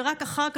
ורק אחר כך,